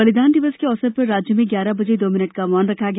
बलिदान दिवस के अवसर पर राज्य में ग्यारह बजे दो मिनट का मौन रखा गया